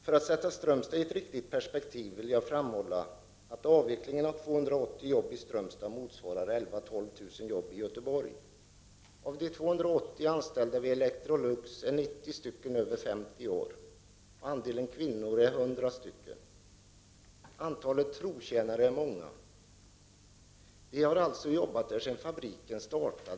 För att sätta in Strömstad i ett riktigt perspektiv vill jag framhålla att en avveckling av 280 jobb i Strömstad motsvarar 11 000-12 000 jobb i Göteborg. Av de 280 anställda vid Electrolux är 90 över 50 år, och andelen kvinnor är 100. Antalet trotjänare är stort. De har alltså jobbat där sedan fabriken startade.